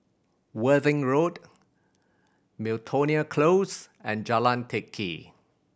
Worthing Road Miltonia Close and Jalan Teck Kee